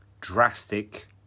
drastic